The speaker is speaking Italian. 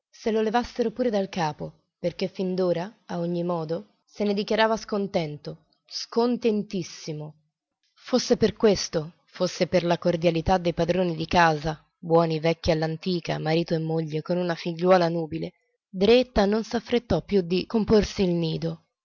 se lo levassero pure dal capo perché fin d'ora a ogni modo se ne dichiarava scontento scontentissimo fosse per questo fosse per la cordialità dei padroni di casa buoni vecchi all'antica marito e moglie con una figliuola nubile dreetta non s'affrettò più di comporsi il nido